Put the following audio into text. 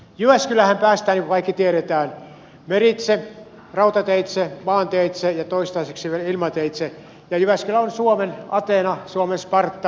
jyväskyläänhän päästään niin kuin kaikki tiedämme meritse rautateitse maanteitse ja toistaiseksi vielä ilmateitse ja jyväskylä on suomen ateena suomen sparta